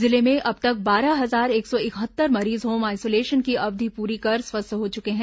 जिले में अब तक बारह हजार एक सौ इकहत्तर मरीज होम आइसोलेशन की अवधि पूरी कर स्वस्थ हो चुके हैं